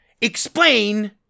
explain